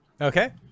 okay